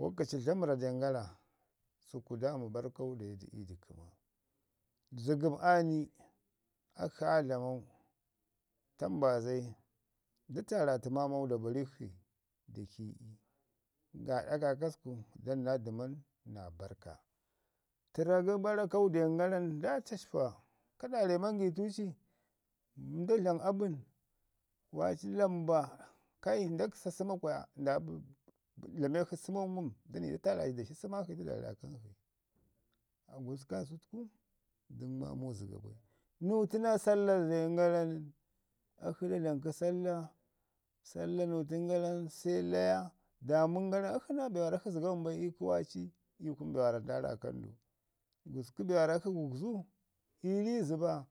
wokaci dlamrra den gara, səku da mi barrkau dauji du ii də kəma. Zəgəm aa ni akshi aa dlaman tambazai da tarratu da barik shi da ci gaaɗa kaakasku danna dəman naa barrka. Tərra kə barakau dan gara nda cacpa ka ɗauce mangituci nda dlam abən, waaci lamba, kai ndak sa səma kulaya nda dlamek shi səma ngum da ni da tarari da shi səmak shi da dlam raakank shi. Gusku kaasat ku dək maamu zəga bai akshi da dlam kə salla. Salla nuutən gara nən se laya, daamən garə nən akshi naa be waarra akshi zəga wambai ii kə waaci ii kunu be waarra nda raakan du. Gusku be waarra akshi gugzu, ii ri zəba,